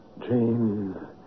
Jane